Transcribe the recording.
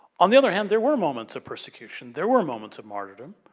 on the other hand, there were moments of persecution, there were moments of martyrdom.